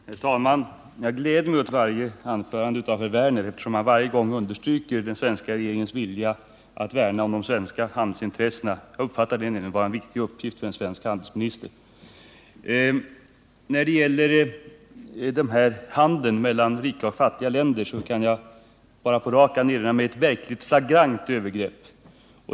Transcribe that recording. Herr talman! Jag gläder mig åt varje anförande av herr Werner, eftersom han varje gång understryker den svenska regeringens vilja att värna om de svenska handelsintressena. Jag uppfattar det nämligen som en viktig uppgift för en svensk handelsminister att värna om dessa intressen. När det gäller handeln mellan rika och fattiga länder, så kan jag på rak arm bara erinra mig ert verkligt flagrant övergrepp.